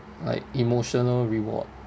like emotional reward